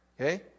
Okay